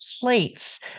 plates